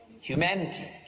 humanity